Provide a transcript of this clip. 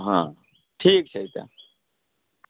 हँ ठीक छै तऽ